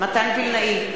מתן וילנאי,